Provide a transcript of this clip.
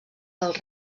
dels